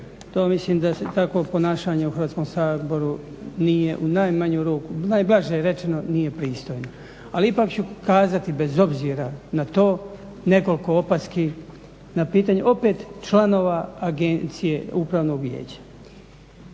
To mislim da takvo ponašanje u Hrvatskom saboru nije u najmanju ruku, najblaže rečeno nije pristojno. Ali ipak ću kazati, bez obzira na to, nekoliko opaski na pitanje opet članova agencije i upravnog vijeća.